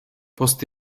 post